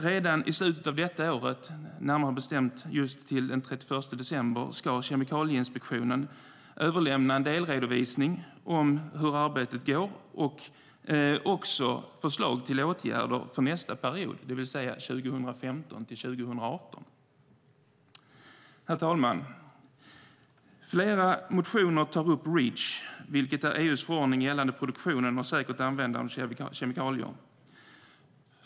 Redan i slutet av detta år, närmare bestämt till den 31 december, ska Kemikalieinspektionen överlämna en delredovisning av arbetet och också förslag till åtgärder för nästa period, 2015-2018. Herr talman! Flera motioner tar upp Reach, vilket är EU:s förordning gällande produktionen och säkert användande av kemikalier.